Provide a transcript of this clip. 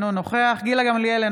אינו נוכח גילה גמליאל,